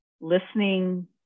listening